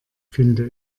finde